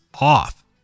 off